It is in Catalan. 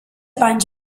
panys